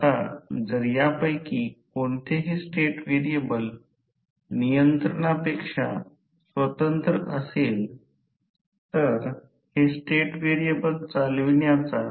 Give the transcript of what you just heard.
आता ट्रान्सफॉर्मर चे आउटपुट तर हे सहसा V2 I2 cos ∅2 आहे